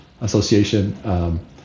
association